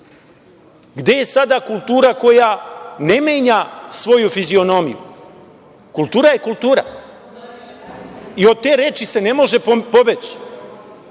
Gde je sada kultura koja ne menja svoju fizionomiju? Kultura je kultura, i od te reči se ne može pobeći.